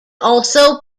also